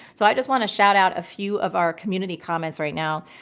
so i just want to shout out a few of our community comments right now.